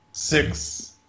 Six